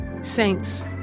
Saints